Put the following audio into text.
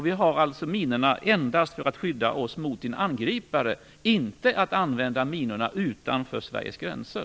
Vi har minorna endast för att skydda oss mot en angripare, inte för att använda dem utanför Sveriges gränser.